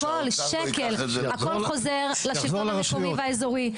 הכול, שקל, הכול חוזר לשלטון המקומי והאזורי.